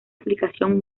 aplicación